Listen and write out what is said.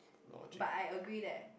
but I agree that